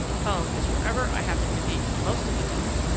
home is wherever i happen to be, most of the time,